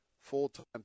full-time